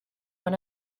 one